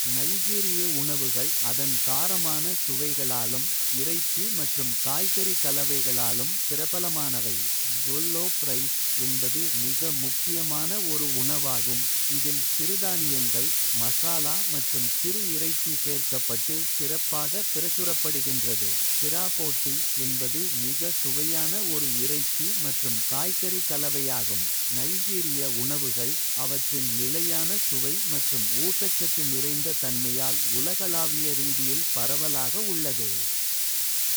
நைஜீரிய உணவுகள் அதன் காரமான சுவைகளாலும். இறைச்சி மற்றும் காய்கறி கலவைகளாலும் பிரபலமானவை. ஜொல்லோப் ரைஸ் என்பது மிக முக்கியமான ஒரு உணவாகும். இதில் சிறுதானியங்கள் மசாலா மற்றும் சிறு இறைச்சி. சேர்க்கப்பட்டு சிறப்பாக பிரசுரப்படுகின்றது. பிராபோட்டி என்பது மிக சுவையான ஒரு இறைச்சி மற்றும். காய்கறி கலவையாகும் நைஜீரிய உணவுகள். அவற்றின் நிலையான சுவை மற்றும் ஊட்டச்சத்து நிறைந்த. தன்மையால் உலகளாவிய ரீதியில் பரவலாக உள்ளது.